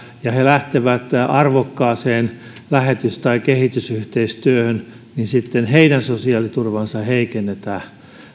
ja jotka lähtevät arvokkaaseen lähetys tai kehitysyhteistyöhön sitten heidän sosiaaliturvaansa heikennetään